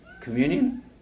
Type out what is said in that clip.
Communion